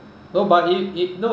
not but it it no